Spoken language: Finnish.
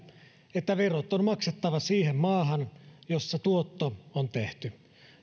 että verot on maksettava siihen maahan jossa tuotto on tehty